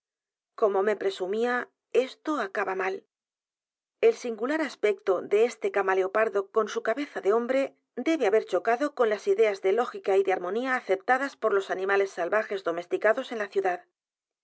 como me presumía esto acaba mal el s i n g u lar aspecto de este c a m a l e o p a r d o con su cabeza de hombre debe haber chocado con las ideas de lógica y de armonía aceptadas por los animales salvajes domesticados en la ciudad